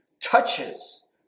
touches